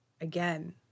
again